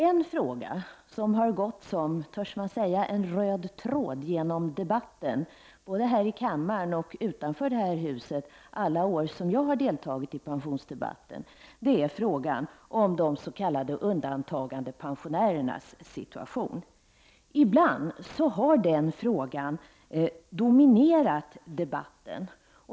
En fråga som har gått som, törs jag säga, en röd tråd genom debatten, både här i kammaren och utanför detta huset, alla år som jag har deltagit i pensionsdebatten, är frågan om de s.k. undantagandepensionärernas situation. Ibland har den frågan dominerat debatten.